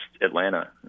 Atlanta